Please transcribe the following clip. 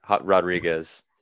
rodriguez